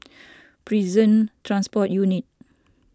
Prison Transport Unit